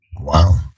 Wow